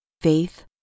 faith